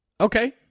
Okay